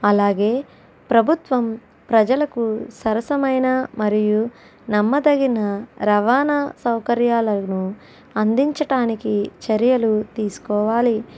అలాగే ప్రభుత్వం ప్రజలకు సరసమైన మరియు నమ్మదగిన రవాణా సౌకర్యాలను అందించటానికి చర్యలు తీసుకోవాలి